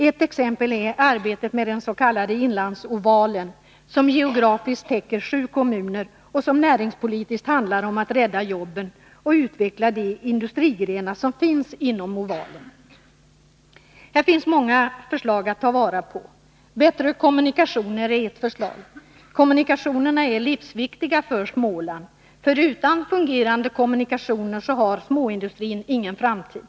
Ett exempel är arbetet med den s.k. Inlandsovalen, som geografiskt täcker sju kommuner och som näringspolitiskt handlar om att rädda jobben och utveckla de industrigrenar som finns inom ovalen. Här finns många förslag att ta vara på. Bättre kommunikationer är ett sådant. Kommunikationerna är livsviktiga för Småland, för utan fungerande kommunikationer har småindustrin ingen framtid.